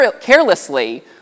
carelessly